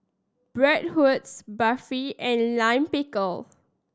Bratwurst Barfi and Lime Pickle